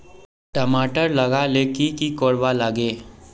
टमाटर लगा ले की की कोर वा लागे?